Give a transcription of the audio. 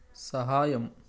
సహాయం